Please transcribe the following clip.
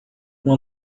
uma